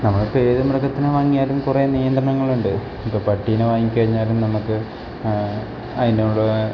നമ്മൾ ഇപ്പം ഏത് മൃഗത്തിനെ വാങ്ങിയാലും കുറേ നിയന്ത്രണങ്ങൾ ഉണ്ട് ഇപ്പം പട്ടിനെ വാങ്ങി കഴിഞ്ഞാലും നമുക്ക് അതിനുള്ള